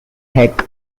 heck